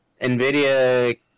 nvidia